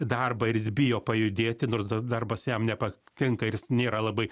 darbą ir jis bijo pajudėti nors tas darbas jam nepatinka ir jis nėra labai